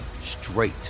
straight